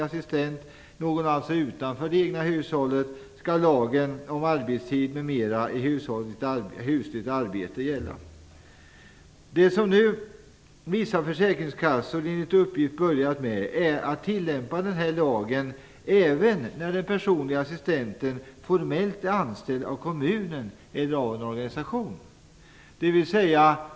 Vissa försäkringskassor har nu, enligt uppgift, börjat tillämpa den här lagen även när den personliga assistenten formellt är anställd av kommunen eller av en organisation.